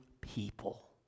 people